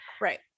Right